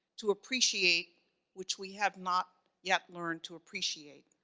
to appreciate which we have not yet learned to appreciate,